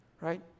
right